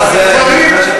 אה,